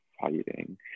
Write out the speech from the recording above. fighting